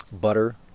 butter